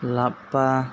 लाफा